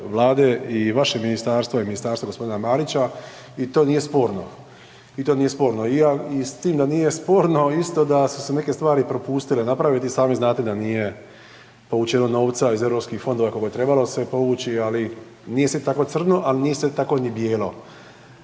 i vašeg ministarstva i ministarstva g. Marića i to nije sporno, i to nije sporno. I ja, i s tim da nije sporno isto da su se neke stvari propustile napraviti i sami znate da nije povučeno novca iz Europskih fondova koliko je trebalo se povući, ali nije sve tako crno, ali nije sve tako ni bijelo.